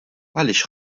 għaliex